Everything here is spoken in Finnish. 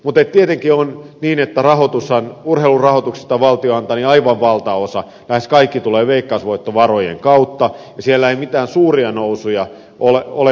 mutta tietenkin on niin että urheilurahoituksesta mitä valtio antaa aivan valtaosa lähes kaikki tulee veikkausvoittovarojen kautta ja siellä ei mitään suuria nousuja ole nähtävissä